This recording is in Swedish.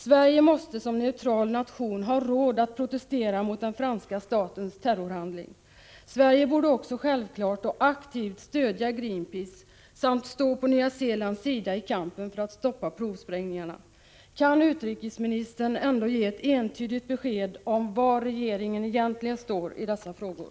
Sverige måste som neutral nation ha råd att protestera mot den franska statens terrorhandling. Sverige borde också självfallet aktivt stödja Greenpeace samt stå på Nya Zeelands sida i kampen för att stoppa provsprängningarna. Kan utrikesministern ändå ge ett entydigt besked om var regeringen egentligen står i dessa frågor?